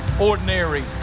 ordinary